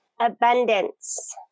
abundance